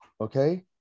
okay